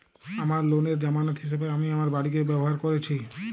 আমার লোনের জামানত হিসেবে আমি আমার বাড়িকে ব্যবহার করেছি